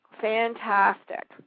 fantastic